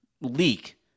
leak